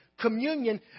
communion